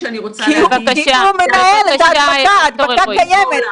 כי מקדם ההדבקה מוביל למספרים גדולים.